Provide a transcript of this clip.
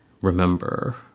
remember